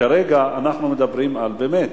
כרגע אנחנו מדברים, באמת,